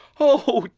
oh